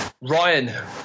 Ryan